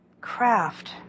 Craft